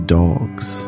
dogs